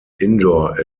indoor